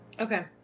Okay